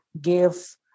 give